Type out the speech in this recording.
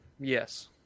Yes